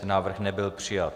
Návrh nebyl přijat.